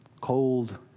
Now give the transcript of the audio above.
cold